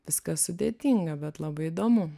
viskas sudėtinga bet labai įdomu